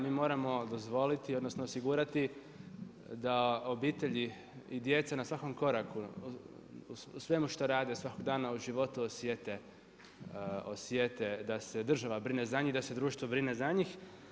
Mi moramo dozvoliti odnosno osigurati da obitelji i djeca na svakom koraku u svemu što rade svakog dana u životu osjete da se država brine za njih, da se društvo brine za njih.